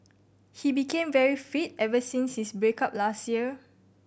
he became very fit ever since his break up last year